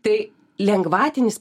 tai lengvatinis